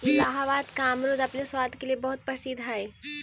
इलाहाबाद का अमरुद अपने स्वाद के लिए बहुत प्रसिद्ध हई